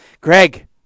Greg